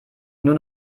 nur